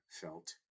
felt